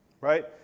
right